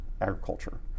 agriculture